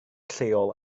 lleol